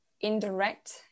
indirect